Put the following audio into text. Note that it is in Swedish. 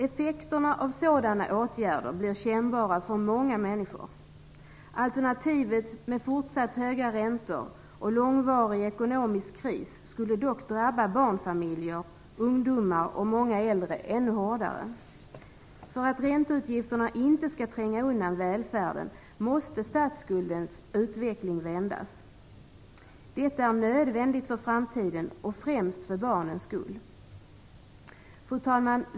Effekterna av sådana åtgärder blir kännbara för många människor. Alternativet med fortsatt höga räntor och långvarig ekonomisk kris skulle dock drabba barnfamiljer, ungdomar och många äldre ännu hårdare. För att ränteutgifterna inte skall tränga undan välfärden måste statsskuldens utveckling vändas. Detta är nödvändigt för framtiden och främst för barnens skull. Fru talman!